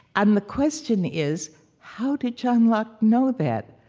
and the question is how did john locke know that?